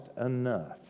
enough